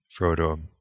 Frodo